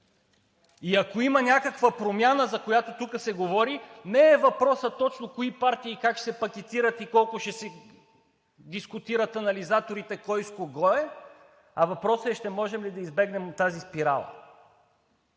Ако има някаква промяна, за която тук се говори, не е въпросът точно кои партии как ще се пакетират и колко ще си дискутират анализаторите кой с кого е, а въпросът е ще можем ли да избегнем тази спирала.